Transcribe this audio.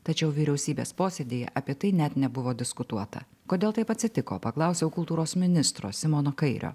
tačiau vyriausybės posėdyje apie tai net nebuvo diskutuota kodėl taip atsitiko paklausiau kultūros ministro simono kairio